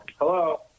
Hello